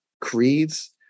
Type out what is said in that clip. creeds